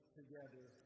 together